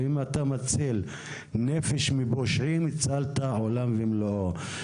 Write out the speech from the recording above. אם אתה מציל נפש מפושעים, הצלת עולם ומלואו.